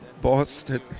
Boston